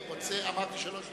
אמרתי שלוש דקות.